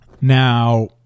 Now